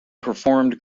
performed